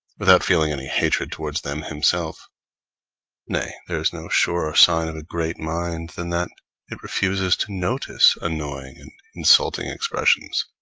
without feeling any hatred towards them himself nay, there is no surer sign of a great mind than that it refuses to notice annoying and insulting expressions,